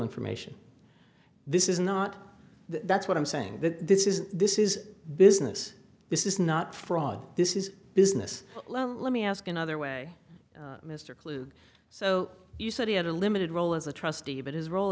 information this is not that's what i'm saying that this is this is business this is not fraud this is business let me ask another way mr clue so you said he had a limited role as a trustee but his role